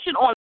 on